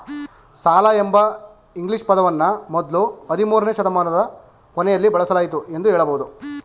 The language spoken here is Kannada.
ಸಾಲ ಎಂಬ ಇಂಗ್ಲಿಷ್ ಪದವನ್ನ ಮೊದ್ಲು ಹದಿಮೂರುನೇ ಶತಮಾನದ ಕೊನೆಯಲ್ಲಿ ಬಳಸಲಾಯಿತು ಎಂದು ಹೇಳಬಹುದು